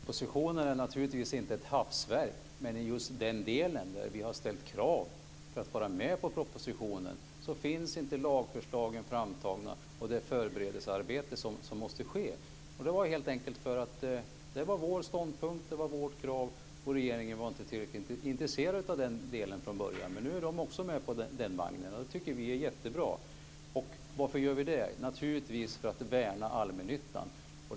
Fru talman! Propositionen är naturligtvis inte ett hafsverk. Men i just den del där vi har ställt krav för att vara med på propositionen finns inte lagförslagen framtagna, och det måste ske ett förberedelsearbete. Det var helt enkelt därför att det var vår ståndpunkt och vårt krav, och regeringen var inte tillräckligt intresserad av den delen från början. Nu är regeringen också med på den vagnen, och det tycker vi är jättebra. Varför gör vi det? Det gör vi naturligtvis för att det värnar allmännyttan.